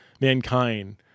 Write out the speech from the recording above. mankind